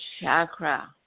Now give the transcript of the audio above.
chakra